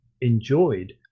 enjoyed